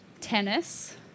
tennis